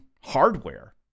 hardware